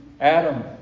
Adam